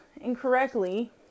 incorrectly